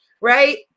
Right